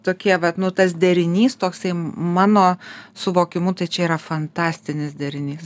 tokie vat nu tas derinys toksai mano suvokimu tai čia yra fantastinis derinys